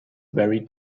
very